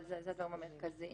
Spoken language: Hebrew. אבל אלה הדברים המרכזיים,